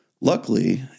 luckily